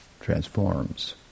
transforms